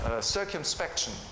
circumspection